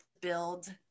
build